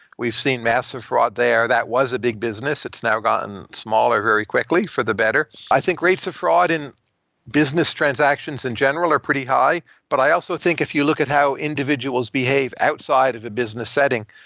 we've seen massive fraud there. that was a big business. it's now gotten smaller very quickly for the better. i think rates of fraud in business transactions in general are pretty high, but i also think if you look at how individuals behave outside of a business setting,